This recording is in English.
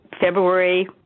February